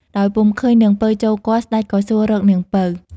ដោយពុំឃើញនាងពៅចូលគាល់ ស្ដេចក៏សួររកនាងពៅ។